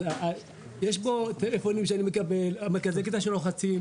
אז יש פה טלפונים שאני מקבל, מרכזי קליטה שלוחצים.